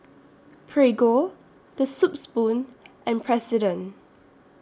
Prego The Soup Spoon and President